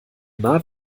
nah